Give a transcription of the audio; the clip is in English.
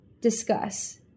Discuss